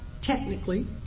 technically